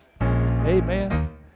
Amen